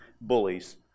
bullies